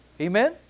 Amen